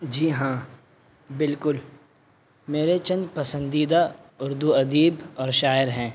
جی ہاں بالکل میرے چند پسندیدہ اردو ادیب اور شاعر ہیں